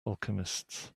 alchemists